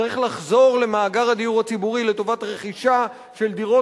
צריך לחזור למאגר הדיור הציבורי לטובת רכישה של דירות